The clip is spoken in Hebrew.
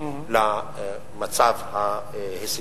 יש כסף.